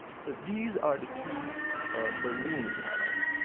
so these are the two berlin panels.